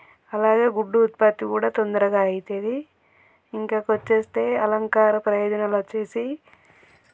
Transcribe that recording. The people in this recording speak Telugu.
అలాగే గుడ్డు ఉత్పత్తి కూడా తొందరగా అయితది ఇంకాకొచ్చేస్తే అలంకార ప్రయోజనాలొచ్చేసి